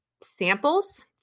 samples